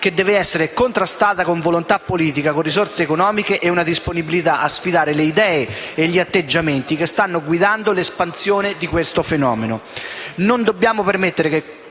che deve essere contrastata con volontà politica, con risorse economiche e una disponibilità a sfidare le idee e gli atteggiamenti che stanno guidando l'espansione di questo fenomeno.